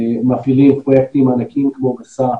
מפעילים פרויקטים ענקיים כמו 'מסע',